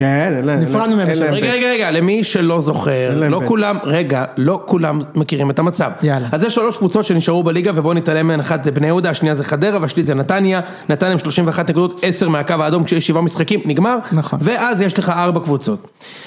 רגע, רגע, רגע, למי שלא זוכר, לא כולם, רגע, לא כולם מכירים את המצב. אז יש שלוש קבוצות שנשארו בליגה, ובואו נתעלם מהן, אחת זה בני יהודה, השנייה זה חדרה, והשלישית זה נתניה. נתניה עם 31 נקודות, עשר מהקו האדום, כשיש שבעה משחקים. נגמר, ואז יש לך ארבע קבוצות.